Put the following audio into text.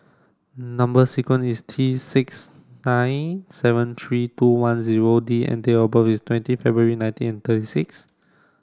number sequence is T six nine seven three two one zero D and date of birth is twenty February nineteen thirty six